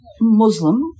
Muslim